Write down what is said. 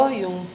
yung